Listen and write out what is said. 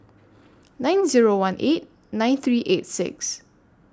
nine Zero one eight nine three eight six